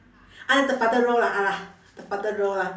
ah the father role lah ah the father role lah